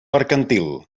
mercantil